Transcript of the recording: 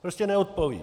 Prostě neodpoví.